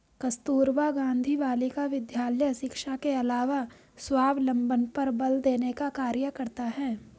कस्तूरबा गाँधी बालिका विद्यालय शिक्षा के अलावा स्वावलम्बन पर बल देने का कार्य करता है